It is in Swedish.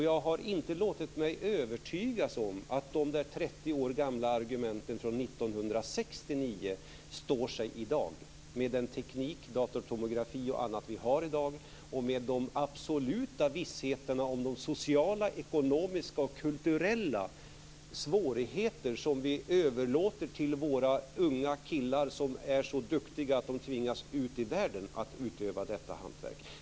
Jag har inte låtit mig övertygas om att de 30 år gamla argumenten från 1969 står sig i dag med teknik - datortomografi och annat - som vi nu har och med den absoluta vissheten om de sociala, ekonomiska och kulturella svårigheter som vi överlåter till de unga killar som är så duktiga att de tvingas ut i världen för att utöva detta hantverk.